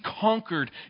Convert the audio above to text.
conquered